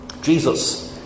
Jesus